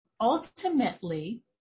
ultimately